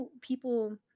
people-